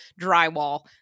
drywall